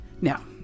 now